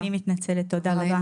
גם אני מתנצלת, תודה רבה.